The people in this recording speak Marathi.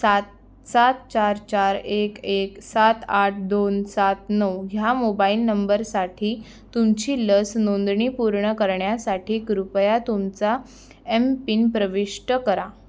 सात सात चार चार एक एक सात आठ दोन सात नऊ ह्या मोबाईल नंबरसाठी तुमची लस नोंदणी पूर्ण करण्यासाठी कृपया तुमचा एमपिन प्रविष्ट करा